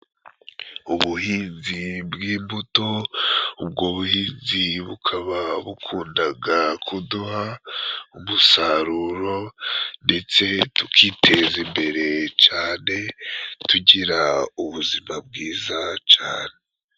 Ubuhinzi bw'imbuto, ubwo buhinzi bukaba bukundaga kuduha umusaruro ndetse tukiteza imbere cane tugira ubuzima bwiza cane.